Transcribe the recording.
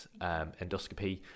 endoscopy